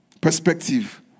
perspective